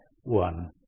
one